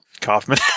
Kaufman